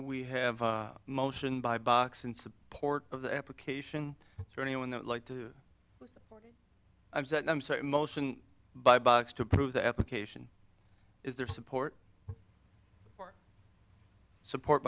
we have a motion by box in support of the application for anyone that like to motion by box to prove the application is their support support